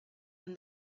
and